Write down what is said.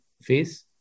face